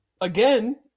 again